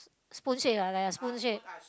spoon shape ah like that spoon shape